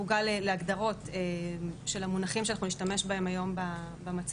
הפוגה להגדרות של המונחים שאנחנו נשתמש בהם היום במצגת.